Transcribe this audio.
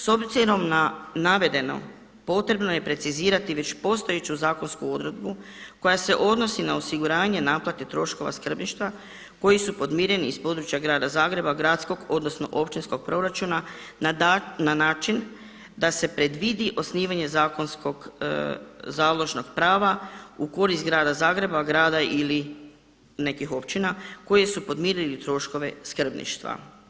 S obzirom na navedeno potrebno je precizirati već postojeću zakonsku odredbu koja se odnosi na osiguranje naplate troškova skrbništva koji su podmireni iz područja grada Zagreba, gradskog odnosno općinskog proračuna na način da se predvidi osnivanje zakonskog založnog prava u korist grada Zagreba, grada ili nekih općina koji su podmirili troškove skrbništva.